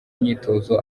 imyitozo